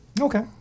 Okay